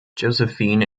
josephine